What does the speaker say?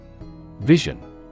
Vision